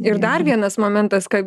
ir dar vienas momentas ką